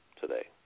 today